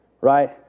Right